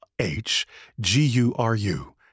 H-G-U-R-U